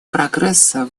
прогресса